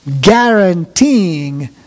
guaranteeing